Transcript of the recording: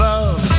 Love